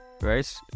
Right